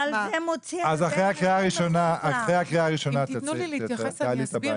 אז אחרי הקריאה הראשונה תעלי את הבעיה.